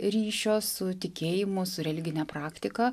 ryšio su tikėjimu su religine praktika